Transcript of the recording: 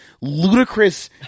ludicrous